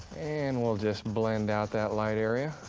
and we'll just blend out that light area.